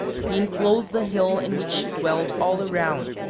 he enclosed the hill in which she dwelt all around,